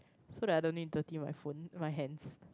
so that I don't need dirty my phone my hands